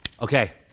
Okay